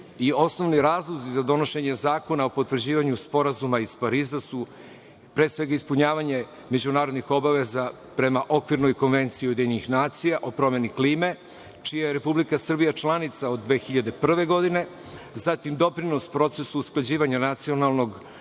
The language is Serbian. osnovni razlozi za donošenje Zakona o potvrđivanju Sporazuma iz Pariza su, pre svega, ispunjavanje međunarodnih obaveza prema Okvirnoj konvenciji u UN, o promeni klime, čija je Republika Srbija članica od 2001. godine, zatim doprinos procesu usklađivanje nacionalnog sa